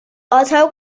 آتا